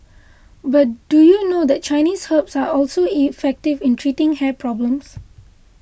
but do you know that Chinese herbs are also effective in treating hair problems